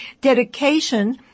dedication